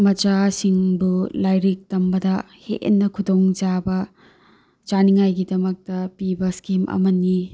ꯃꯆꯥꯁꯤꯡꯕꯨ ꯂꯥꯏꯔꯤꯛ ꯇꯝꯕꯗ ꯍꯦꯟꯅ ꯈꯨꯗꯣꯡ ꯆꯥꯕ ꯆꯥꯅꯤꯡꯉꯥꯏꯒꯤꯗꯃꯛꯇ ꯄꯤꯕ ꯏꯁꯀꯤꯝ ꯑꯃꯅꯤ